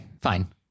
fine